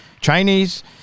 Chinese